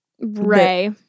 Ray